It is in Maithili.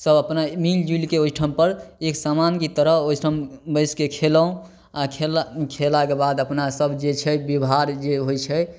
सब अपना मिल जुलिके ओहिठाम पर एक समान कि तरह ओहिठाम बैसके खेलहुॅं आ खेला खेलाके बाद अपना सब जे छै व्यवहार जे होइ छै